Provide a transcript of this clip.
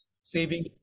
Saving